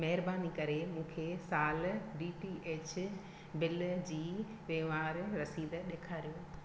महिरबानी करे मूंखे सालु डी टी एच बिल जी वहिंवार रसीदु ॾेखारियो